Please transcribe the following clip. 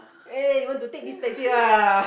eh you want to take this taxi ah